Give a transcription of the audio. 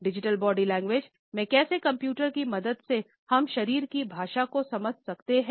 digital body language में कैसे computer की मदद से हम शरीर की भाषा को समझ सकते हैं